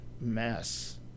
mess